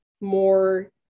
more